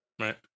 Right